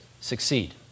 succeed